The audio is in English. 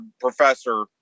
professor